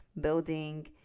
building